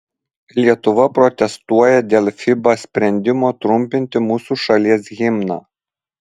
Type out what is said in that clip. lietuva protestuoja dėl fiba sprendimo trumpinti mūsų šalies himną